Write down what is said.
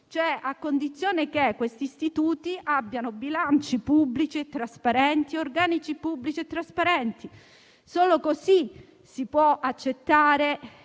cioè a condizione che questi istituti abbiano bilanci pubblici e trasparenti e organici pubblici e trasparenti: solo così si può accettare